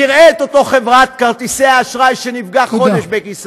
נראה את אותה חברת כרטיסי אשראי כשנפגע חודש בכיס